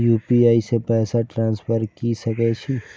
UPI से पैसा transfer की सके छी?